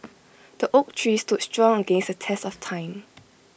the oak tree stood strong against the test of time